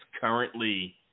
currently